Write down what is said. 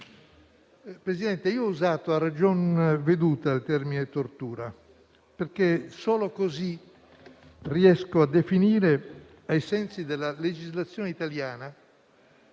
Presidente, ho usato a ragion veduta il termine tortura, perché solo così riesco a definire, ai sensi della legislazione italiana